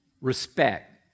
respect